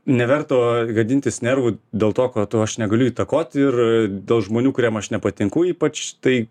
neverta gadintis nervų dėl to ko tu aš negaliu įtakoti ir dėl žmonių kuriem aš nepatinku ypač tai